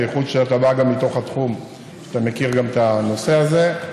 בייחוד שאתה בא גם מתוך התחום ושאתה גם מכיר את הנושא הזה.